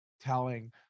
telling